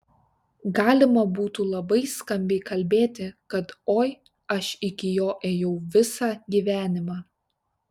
galima būtų labai skambiai kalbėti kad oi aš iki jo ėjau visą gyvenimą